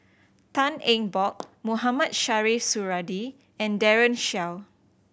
Tan Eng Bock Mohamed Shiau Suradi and Daren Shiau